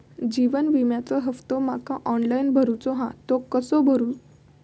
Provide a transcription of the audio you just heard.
जीवन विम्याचो हफ्तो माका ऑनलाइन भरूचो हा तो कसो भरू?